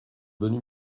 bonne